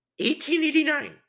1889